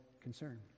concern